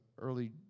early